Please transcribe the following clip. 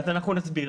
נסביר.